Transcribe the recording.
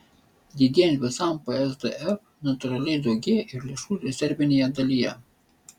didėjant visam psdf natūraliai daugėja ir lėšų rezervinėje dalyje